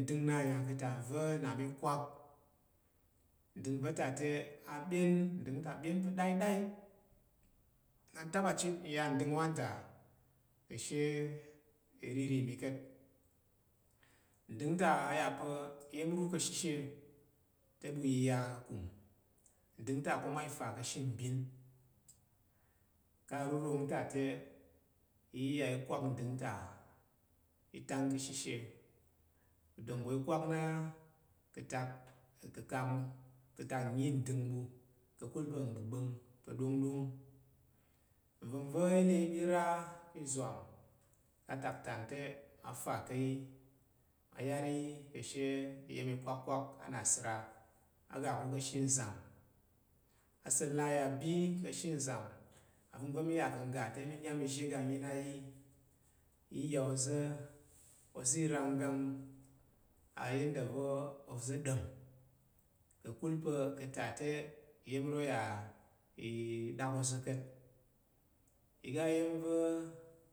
Ndəng na ya ka̱ ta va̱ na mi kwak. Ndəng va̱ ta a’ ɓyen, ndəng ta ɓyen pa̱ ɗaiɗai n n’a n taba chit n ya ndəng wa ta ka̱she iriri mi ka̱t. Ndang ta a ya’ oa̱ iya̱n ru ka̱shishe te ɓu yiya ka̱ kum. Nda̱ng kuma ifa ka̱she mbin. Ka̱ aruuwang ta te t iya i kwak ndəng ta, t ta’n ka̱shishe. Udanggo i kwak na ka̱tak nkəkam, ka̱tak nnyi ndəng ɓu, ka̱kul pa̱ ngbgb’ang pa̱ ɗongɗong. Nva̱ngva̱ t lye i ɓa i̱a ki izwam, atak ta’n te mma ta ka̱ yi, mma yar yi ka̱she iya̱n ikwakkwak anasəra ma ga ko kashe nzam. Asa̱t na ya’ bi ka̱she nzam, va̱ngva̱ mi ya ka̱’ nggate mi nyan izhe ga nyin ayi. T ya oza̱ ozi ranggang ayada va̱ oza̱ ɗon. Ka̱kul pa̱ ka̱ ta te iya̱n ya t.